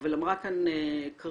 אבל אמרה כאן קארין,